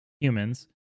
humans